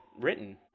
written